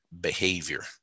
behavior